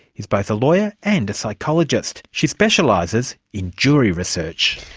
is both a lawyer and a psychologist. she specialises in jury research.